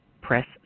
press